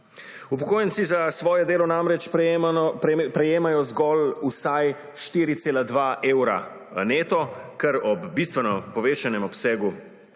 Upokojenci za svoje delo namreč prejemajo zgolj 4,2 evra neto, kar ob bistveno povečanem